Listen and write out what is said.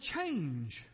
change